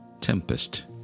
tempest